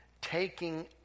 taking